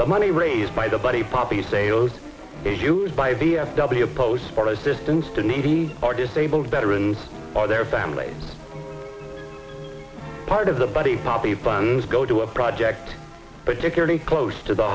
the money raised by the buddy poppy sales is used by v f w post for assistance to needy or disabled veterans or their families part of the body poppy funds go to a project particularly close to the